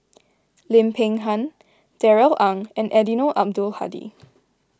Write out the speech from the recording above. Lim Peng Han Darrell Ang and Eddino Abdul Hadi